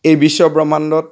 এই বিশ্বব্ৰহ্মাণ্ডত